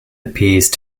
appeared